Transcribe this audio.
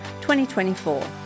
2024